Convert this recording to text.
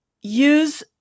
Use